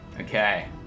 Okay